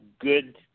good